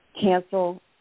cancel